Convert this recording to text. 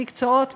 או עם מקצועות,